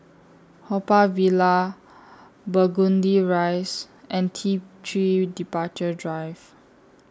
Haw Par Villa Burgundy Rise and T three Departure Drive